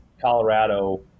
Colorado